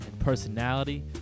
Personality